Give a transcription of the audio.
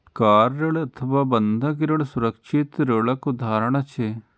car ऋण अथवा बंधक ऋण सुरक्षित ऋणक उदाहरण छियै